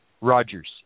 Rogers